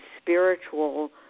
spiritual